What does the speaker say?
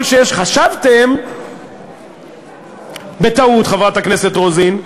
חשבתם, בטעות, חברת הכנסת רוזין,